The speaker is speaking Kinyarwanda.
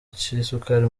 cy’isukari